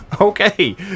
okay